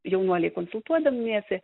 jaunuoliai konsultuodamiesi